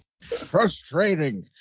frustrating